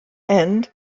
and